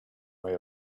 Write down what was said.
way